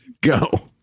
Go